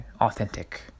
authentic